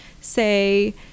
say